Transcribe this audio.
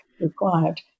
required